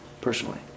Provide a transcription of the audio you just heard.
personally